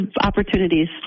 opportunities